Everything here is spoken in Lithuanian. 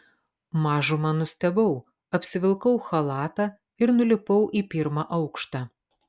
mažumą nustebau apsivilkau chalatą ir nulipau į pirmą aukštą